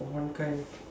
one